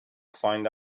find